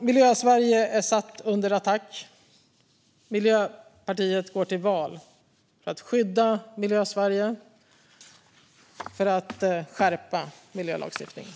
Miljösverige är satt under attack. Miljöpartiet går till val för att skydda Miljösverige och för att skärpa miljölagstiftningen.